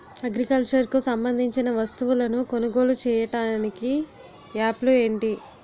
Agriculture కు సంబందించిన వస్తువులను కొనుగోలు చేయటానికి యాప్లు ఏంటి?